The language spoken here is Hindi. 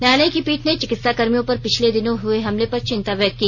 न्यायालय की पीठ ने चिकित्सा कर्मियों पर पिछले दिनों हुए हमले पर चिंता व्यक्त की